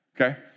okay